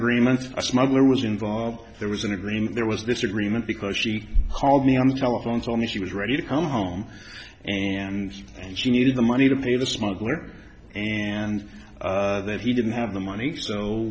agreement a smuggler was involved there was an agreement there was this agreement because she called me on the telephone told me she was ready to come home and she needed the money to pay the smuggler and that he didn't have the money so